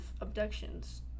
abductions